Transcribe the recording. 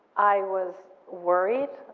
i was worried.